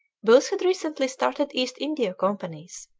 both had recently started east india companies,